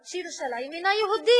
כי ירושלים אינה יהודית,